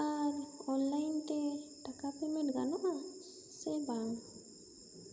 ᱟᱨ online ᱛᱮ ᱴᱟᱠᱟ payment ᱜᱟᱱᱚᱜᱼᱟ ᱥᱮ ᱵᱟᱝ